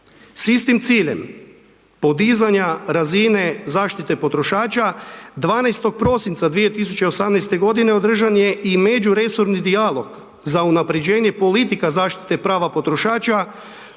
S istim ciljem podizanja razine zaštite potrošača 12. prosinca 2018. godine održan je i međuresorni dijalog za unapređenje politika zaštite prava potrošača